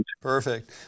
Perfect